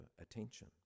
attention